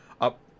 up